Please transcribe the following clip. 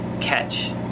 catch